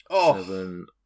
Seven